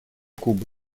кубы